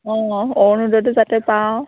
অঁ অৰুণোদয়টো যাতে পাওঁ